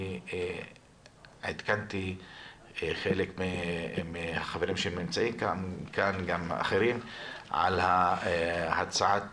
עדכנתי חלק מהחברים שנמצאים כאן וגם אחרים על הצעת